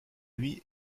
lui